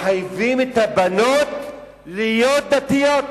מחייבים את הבנות להיות דתיות.